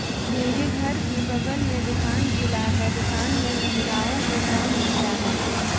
मेरे घर के बगल में दुकान खुला है दुकान में महिलाओं को काम मिलता है